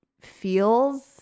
feels